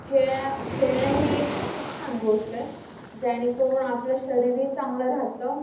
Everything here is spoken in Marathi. खेळ खेळणं हे खूप छान गोष्ट आहे जेणेकरून आपलं शरीरही चांगलं राहतं